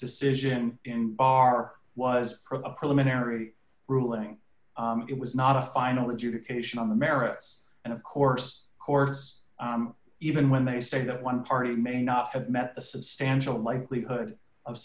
decision in our was a preliminary ruling it was not a final adjudication on the merits and of course courts even when they say that one party may not have met the substantial likelihood of